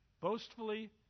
boastfully